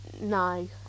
no